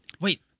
Wait